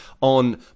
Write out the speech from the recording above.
on